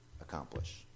accomplish